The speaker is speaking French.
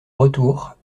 retour